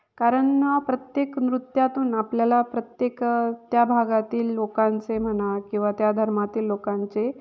कारण प्रत्येक नृत्यातून आपल्याला प्रत्येक त्या भागातील लोकांचे म्हणा किंवा त्या धर्मातील लोकांचे